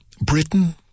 Britain